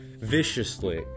viciously